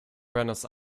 buenos